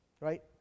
right